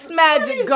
magic